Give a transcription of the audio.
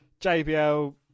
JBL